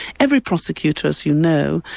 every prosecutor, as you know,